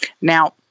Now